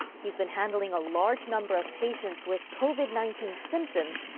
he's been handling a large number of patients with covid nineteen symptoms.